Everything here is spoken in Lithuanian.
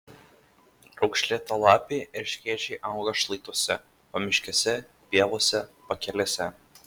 raukšlėtalapiai erškėčiai auga šlaituose pamiškėse pievose pakelėse